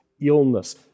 illness